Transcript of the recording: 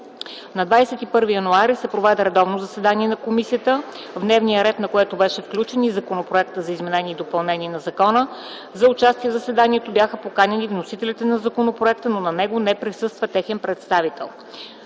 На 21 януари 2010 г. се проведе редовно заседание на комисията, в дневния ред на което беше включен и законопроекта за изменение и допълнение на закона. За участие в заседанието бяха поканени вносителите на законопроекта, но на него не присъства техен представител.